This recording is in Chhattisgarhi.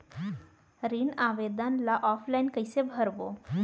ऋण आवेदन ल ऑफलाइन कइसे भरबो?